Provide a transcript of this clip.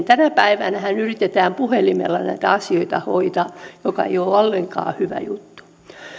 tänä päivänähän yritetään puhelimella näitä asioita hoitaa mikä ei ole ollenkaan hyvä juttu